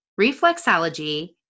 reflexology